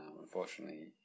unfortunately